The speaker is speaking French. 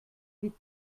huit